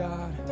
God